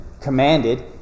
commanded